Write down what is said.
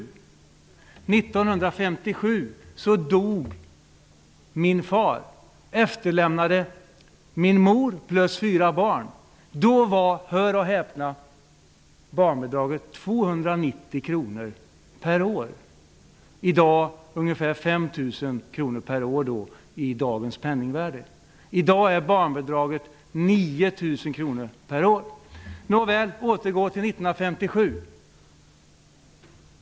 1957 dog min far och efterlämnade min mor plus fyra barn. Då var -- hör och häpna! -- barnbidraget 290 kronor per år, ungefär 5 000 kronor per år i dagens penningvärde. I dag är barnbidraget 9 000 Nåväl, jag återgår till 1957.